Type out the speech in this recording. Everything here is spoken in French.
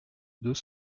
deux